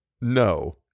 No